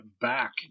back